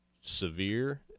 severe